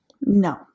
No